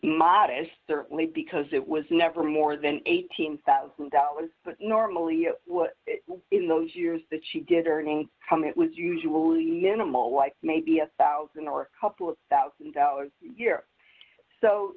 modest certainly because it was never more than eighteen thousand dollars but normally what in those years that she did earning from it was usually minimal like maybe a one thousand or a couple of one thousand dollars a year so